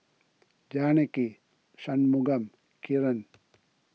Janaki Shunmugam Kiran